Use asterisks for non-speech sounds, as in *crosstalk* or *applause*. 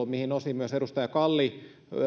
*unintelligible* mihin osin myös edustaja kalli